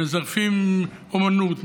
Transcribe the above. מזייפים אומנות,